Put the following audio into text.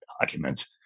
documents